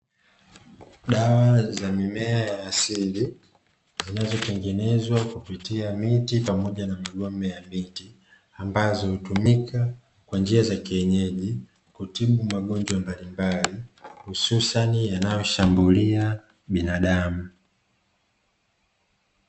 Dawa za mimea ya asili, zinazotengenezwa kupitia miti pamoja na magome ya miti, ambazo hutumika kwa njia za kienyeji kutibu magonjwa mbalimbali, hususani yanayoshambulia binadamu.